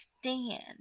stand